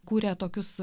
kūrė tokius